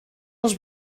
els